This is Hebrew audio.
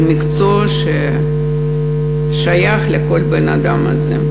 מקצוע ששייך לבן-אדם הזה.